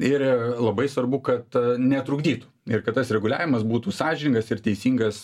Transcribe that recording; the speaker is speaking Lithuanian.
ir labai svarbu kad netrukdytų ir kad tas reguliavimas būtų sąžingas ir teisingas